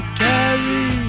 tarry